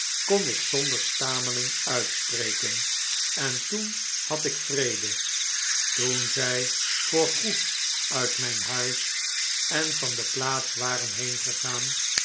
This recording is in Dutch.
kon ik zonder stamelen uitspreken en toen had ik vrede toen zfl voor goed uit myn huis en vande plaats waren